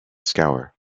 scour